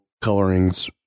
colorings